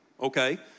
okay